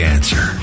Answer